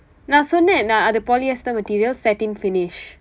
நான் சொன்ன நான் அது:naan sonna naan athu polyester material setting finish